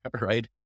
right